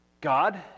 God